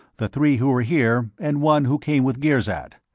the three who were here, and one who came with girzad.